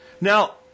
Now